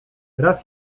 raz